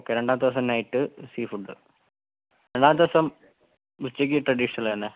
okay രണ്ടാമത്തെ ദിവസം night sea food രണ്ടാമത്തെ ദിവസം ഉച്ചയ്ക്ക് ട്രഡീഷണൽ തന്നെ